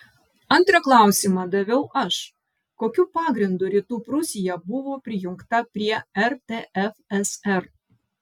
antrą klausimą daviau aš kokiu pagrindu rytų prūsija buvo prijungta prie rtfsr